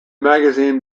magazine